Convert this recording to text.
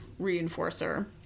reinforcer